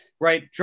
right